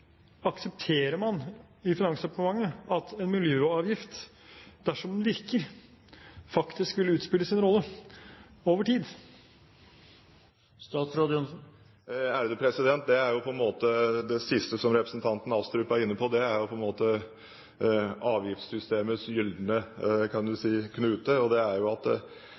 aksepterer man i Finansdepartementet at en miljøavgift, dersom den virker, faktisk vil utspille sin rolle over tid? Det siste som representanten Astrup var inne på, er på en måte avgiftssystemets gylne knute, nemlig at